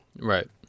Right